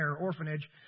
orphanage